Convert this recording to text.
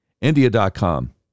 India.com